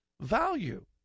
value